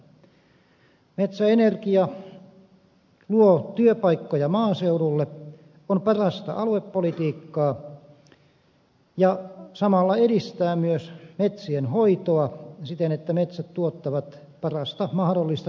metsäenergia luo työpaikkoja maaseudulle on parasta aluepolitiikkaa ja samalla edistää myös metsien hoitoa siten että metsät tuottavat parasta mahdollista tukkipuuta